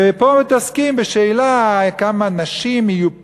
ופה מתעסקים בשאלה כמה נשים יהיו פה,